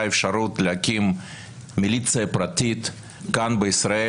אפשרות להקים מיליציה פרטית כאן בישראל,